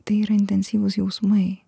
tai yra intensyvūs jausmai